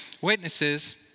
witnesses